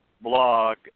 blog